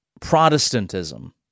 Protestantism